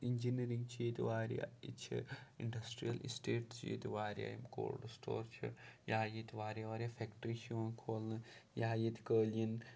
engineering چھِ ییٚتہِ واریاہ ییٚتہِ چھِ اِنڈَسٹِرٛیَل اِسٹیٹٕس چھِ ییٚتہِ واریاہ یِم کولڈٕ سٕٹور چھِ یا ییٚتہِ واریاہ واریاہ فؠکٹِرٛی چھِ یِوان کھولنہٕ یا ییٚتہِ قٲلیٖن